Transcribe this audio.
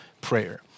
prayer